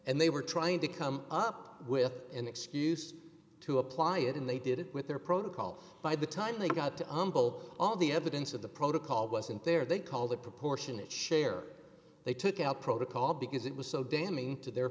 and they were trying to come up with an excuse to apply it and they did it with their protocol by the time they got to unbolt all the evidence of the protocol wasn't there they called it proportionate share they took out protocol because it was so damning to their